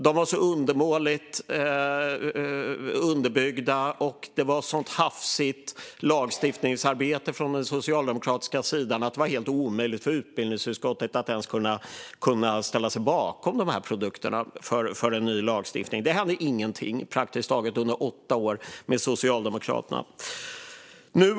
De var så undermåligt underbyggda och det var ett så hafsigt lagstiftningsarbete från den socialdemokratiska sidan att det var helt omöjligt för utbildningsutskottet att ställa sig bakom dessa produkter för en ny lagstiftning. Det hände praktiskt taget ingenting under åtta år med Socialdemokraterna.